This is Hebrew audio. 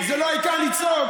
תגיד, זה לא העיקר לצעוק.